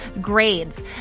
grades